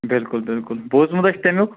بالکل بالکل بوٗزمُتٔے چھُ تٔمیٛک